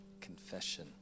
confession